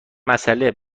مسأله